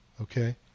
Okay